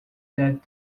that